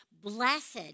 Blessed